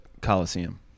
Coliseum